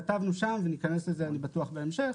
כתבנו שם וניכנס לזה בטוח בהמשך,